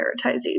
prioritizing